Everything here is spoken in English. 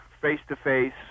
face-to-face